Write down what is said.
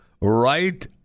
right